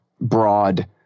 broad